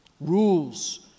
Rules